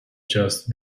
just